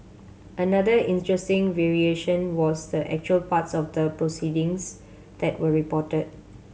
another interesting variation was the actual parts of the proceedings that were reported